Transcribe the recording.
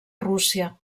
rússia